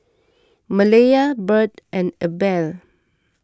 Malaya Bird and Abel